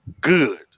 good